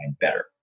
better